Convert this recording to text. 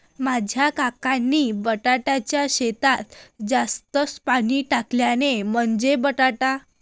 माझ्या काकांनी बटाट्याच्या शेतात जास्त पाणी टाकले, म्हणजे बटाटा